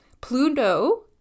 Pluto